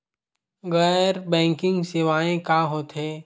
गैर बैंकिंग सेवाएं का होथे?